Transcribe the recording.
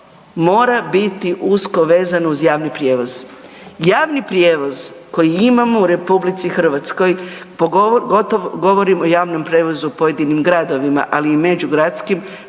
mora biti usko vezano uz javni prijevoz. Javni prijevoz koji imamo u RH govorim o javnom prijevozu u pojedinim gradovima, ali i međugradskim